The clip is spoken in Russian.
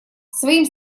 своим